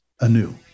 anew